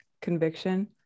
conviction